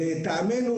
לטעמנו,